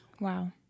Wow